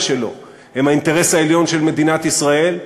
שלו הם האינטרס העליון של מדינת ישראל,